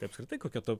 tai apskritai kokia ta